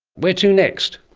where to next?